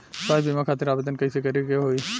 स्वास्थ्य बीमा खातिर आवेदन कइसे करे के होई?